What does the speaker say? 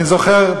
אני זוכר,